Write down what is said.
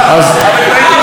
זה בסדר, אתה גם לא